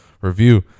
review